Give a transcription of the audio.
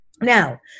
Now